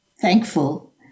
thankful